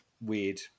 weird